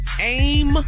AIM